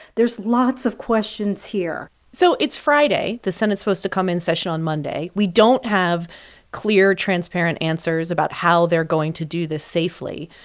there's lots of questions here so it's friday. the senate's supposed to come in session on monday. we don't have clear, transparent answers about how they're going to do this safely.